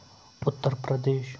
Uttar Pradesh